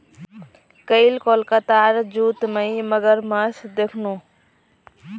कईल कोलकातार जूत मुई मगरमच्छ दखनू